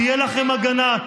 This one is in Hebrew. תהיה לכם הגנה.